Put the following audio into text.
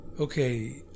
Okay